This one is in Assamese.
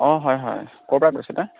অঁ হয় হয় ক'ৰ পা কৈছিলে